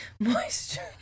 moisture